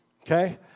okay